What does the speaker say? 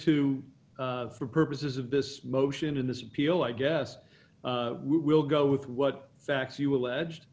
to for purposes of this motion in this appeal i guess we will go with what facts you alleged